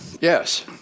Yes